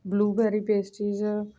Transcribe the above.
blueberry pastries